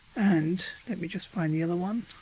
and, let me just find the other one.